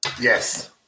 Yes